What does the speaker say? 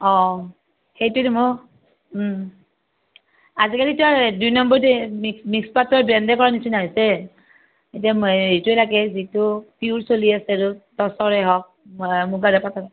অঁ সেইটোতো মই আজিকালিতো আৰু দুই নম্বৰীটো মিক্স মিক্স পাটৰ ব্ৰেণ্ডে কৰা নিচিনা হৈছে এতিয়া এইটো লাগে যিটো পিঅ'ৰ চলি আছে টছৰে হওক মুগাৰে পাটৰ